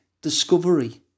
discovery